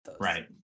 right